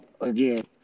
again